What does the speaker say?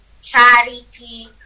charity